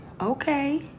okay